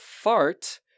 Fart